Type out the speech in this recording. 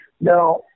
Now